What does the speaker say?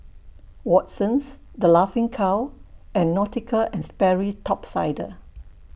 Watsons The Laughing Cow and Nautica and Sperry Top Sider